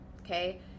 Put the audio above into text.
okay